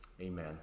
Amen